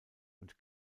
und